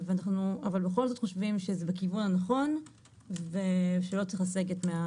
אבל בכל זאת אנחנו חושבים שזה בכיוון הנכון ולא צריך לסגת.